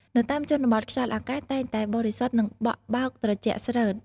នៅតាមជនបទ ខ្យល់អាកាសតែងតែបរិសុទ្ធ និងបក់បោកត្រជាក់ស្រឺត។